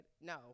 no